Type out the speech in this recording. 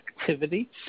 activity